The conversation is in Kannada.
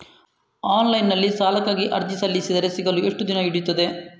ಆನ್ಲೈನ್ ನಲ್ಲಿ ಸಾಲಕ್ಕಾಗಿ ಅರ್ಜಿ ಸಲ್ಲಿಸಿದರೆ ಸಿಗಲು ಎಷ್ಟು ದಿನ ಹಿಡಿಯುತ್ತದೆ?